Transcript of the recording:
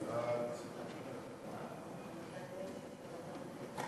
חוק הגנת הצרכן (תיקון מס' 42), התשע"ה